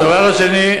הדבר השני,